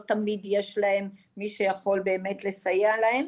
תמיד יש להם מי שיכול באמת לסייע להם.